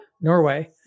Norway